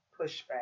pushback